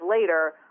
later